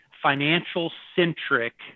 financial-centric